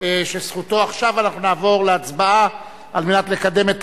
שבזכותו עכשיו אנחנו נעבור להצבעה כדי לקדם את